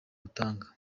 gutanga